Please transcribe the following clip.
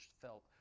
felt